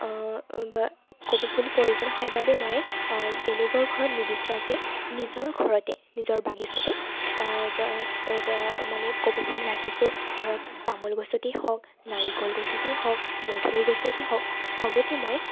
কপৌ ফুল প্ৰয়োজন হয় বাবে মই বেলেগৰ ঘৰত নিবিচৰাকৈ নিজৰ ঘৰতে নিজৰ বাগিচাতে মানে কপৌ ফুল ৰাখিছোঁ ধৰক তামোল গছতেই হওক নাৰিকল গছতেই হওক মধুৰী গছতেই হওক সবতে মই